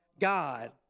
god